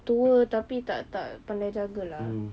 tua tapi tak tak pandai jaga lah